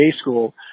school